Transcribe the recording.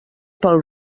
pel